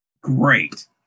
Great